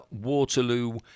Waterloo